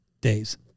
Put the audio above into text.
days